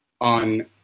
on